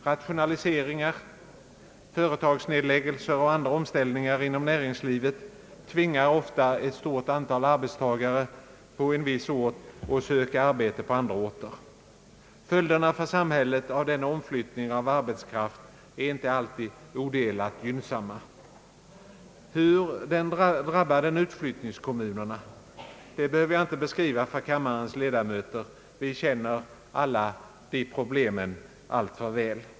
Rationaliseringar, företagsnedläggningar och andra omställningar inom näringslivet tvingar ofta ett stort antal arbetstagare på en viss ort att söka arbete på andra orter. Följderna för samhället av denna omflyttning av arbetskraft är inte alltid odelat gynnsamma. Hur drabbar den utflyttningskommunerna? Det behöver jag inte beskriva för kammarens ledamöter. Vi känner alla de problemen alltför väl.